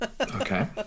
okay